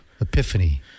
epiphany